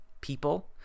people